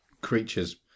creatures